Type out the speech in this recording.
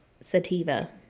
Sativa